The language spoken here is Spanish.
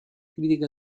crítica